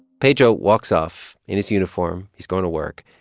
pedro walks off in his uniform. he's going to work.